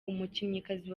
umukinnyikazi